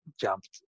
jumped